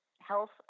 health